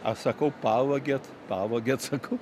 aš sakau pavogėt pavogėt sakau